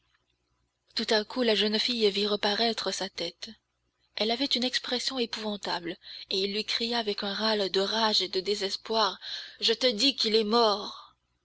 tout à coup la jeune fille vit reparaître sa tête elle avait une expression épouvantable et il lui cria avec un râle de rage et de désespoir je te dis qu'il est mort